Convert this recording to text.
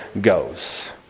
goes